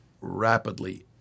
rapidly